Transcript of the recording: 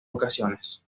ocasiones